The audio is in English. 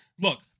Look